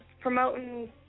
promoting